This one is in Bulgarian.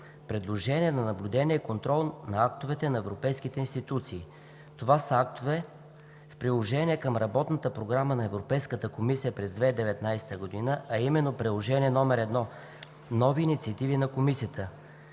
подлежащи на наблюдение и контрол актове на европейските институции. Това са актовете в приложение към Работната програма на Европейската комисия за 2019 г, а именно Приложение I „Нови инициативи на Комисията“.